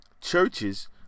churches